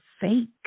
fake